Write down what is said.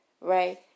right